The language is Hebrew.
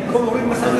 במקום להוריד מס הכנסה,